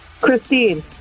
Christine